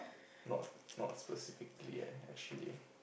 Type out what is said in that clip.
not not specifically eh actually